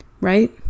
right